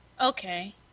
Okay